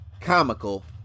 comical